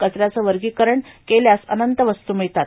कचऱ्याचं वर्गीकरण केल्यास अनंत वस्तू मिळतात